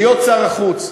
להיות שר החוץ.